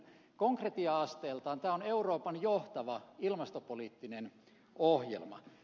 konkretia asteeltaan tämä on euroopan johtava ilmastopoliittinen ohjelma